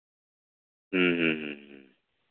ᱦᱮᱸ ᱦᱮᱸ